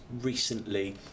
recently